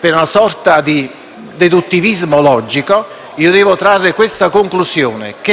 Per una sorta di deduttivismo logico io devo trarre questa conclusione: se, solo e soltanto perché la legge richiama esclusivamente nutrizione e idratazione,